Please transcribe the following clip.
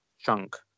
chunk